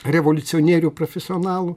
revoliucionierių prafesionalų